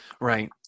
Right